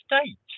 state